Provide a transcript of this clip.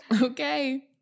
Okay